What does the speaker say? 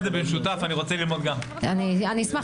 נעשה